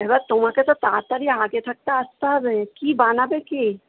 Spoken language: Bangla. এবার তোমাকে তো তাড়াতাড়ি আগে থাকতে আসতে হবে কি বানাবে কি